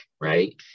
Right